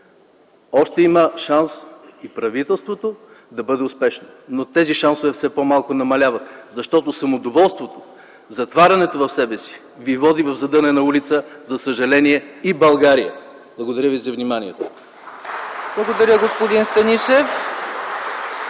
Още има шанс и правителството да бъде успешно. Но тези шансове все повече намаляват. Защото самодоволството, затварянето в себе си ви води в задънена улица. За съжаление – и България. Благодаря ви за вниманието. (Ръкопляскания